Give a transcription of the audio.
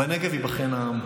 בנגב ייבחן העם.